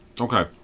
Okay